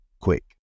quick